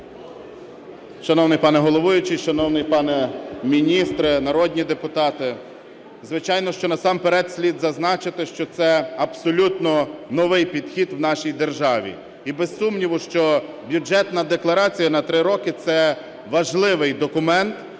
Шановний пане головуючий, шановний пане міністре, народні депутати! Звичайно, що насамперед слід зазначити, що це абсолютно новий підхід в нашій державі. І, без сумніву, що Бюджетна декларація на 3 роки – це важливий документ